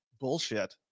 Bullshit